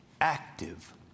active